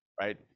right